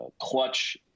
clutch